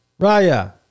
Raya